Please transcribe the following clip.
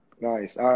Nice